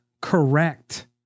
correct